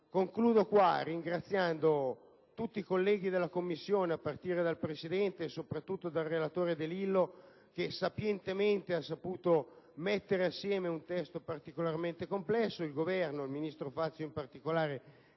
intervento ringraziando tutti i colleghi della Commissione, a partire dal suo Presidente, e soprattutto il relatore De Lillo che è sapientemente riuscito a mettere assieme un testo particolarmente complesso, nonché il Governo e il ministro Fazio in particolare,